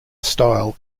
style